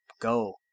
go